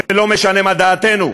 ולא משנה מה דעתנו.